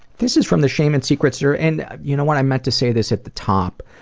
this is from the shame and secrets survey and you know i meant to say this at the top,